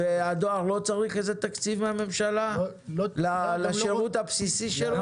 והדואר לא צריך איזה תקציב מהממשלה לשירות הבסיסי שלו?